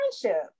friendship